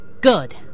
Good